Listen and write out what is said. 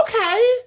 okay